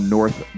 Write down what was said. North